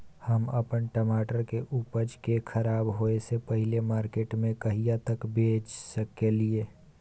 हम अपन टमाटर के उपज के खराब होय से पहिले मार्केट में कहिया तक भेज सकलिए?